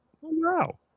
Wow